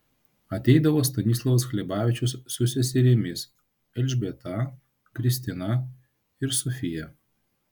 ateidavo stanislovas hlebavičius su seserimis elžbieta kristina ir sofija